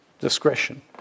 discretion